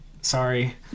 Sorry